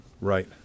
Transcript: Right